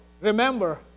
remember